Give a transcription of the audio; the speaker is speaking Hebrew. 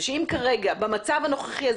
שאם במצב הנוכחי,